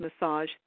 massage